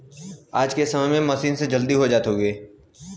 आज के समय में मसीन से जल्दी हो जात हउवे